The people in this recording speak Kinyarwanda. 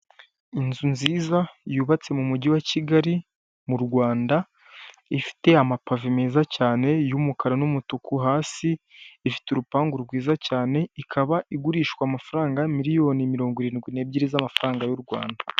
Inzu nziza yubatse mu mujyi wa kigali mu rwanda ifite amapave meza cyane y'umukara n'umutuku hasi; ifite urupangu rwiza cyane ikaba igurishwa amafaranga miliyoni mirongo irindwi n'ebyiri z'amafaranga y'u rwanda.